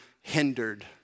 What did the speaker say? hindered